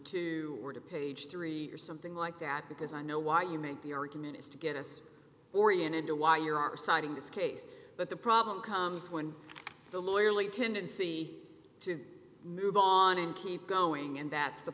two or to page three or something like that because i know why you make the argument is to get us oriented to why you are citing this case but the problem comes when the lawyer lea tendency to move on and keep going and that's the